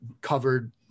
covered